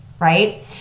right